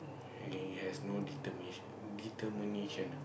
he has no determination determination